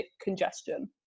congestion